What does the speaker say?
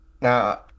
Now